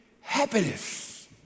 happiness